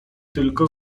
tylko